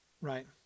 right